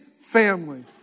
family